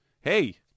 Hey